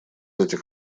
этих